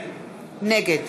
נגד